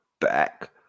back